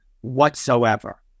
whatsoever